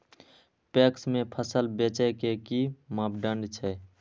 PACS में फसल बेचे के कि मापदंड छै?